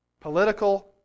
political